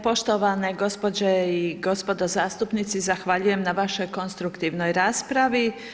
Poštovane gospođe i gospodo zastupnici, zahvaljujem na vašoj konstruktivnoj raspravi.